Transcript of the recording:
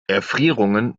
erfrierungen